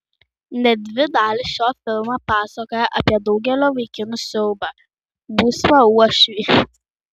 net dvi dalys šio filmo pasakoja apie daugelio vaikinų siaubą būsimą uošvį